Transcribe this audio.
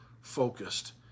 focused